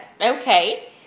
okay